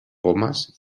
pomes